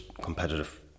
competitive